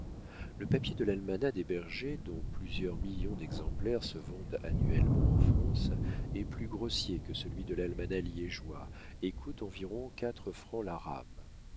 le papier de l'almanach des bergers dont plusieurs millions d'exemplaires se vendent annuellement en france est plus grossier que celui de l'almanach liégeois et coûte environ quatre francs la rame